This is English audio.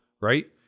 right